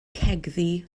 cegddu